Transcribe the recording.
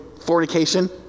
fornication